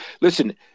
listen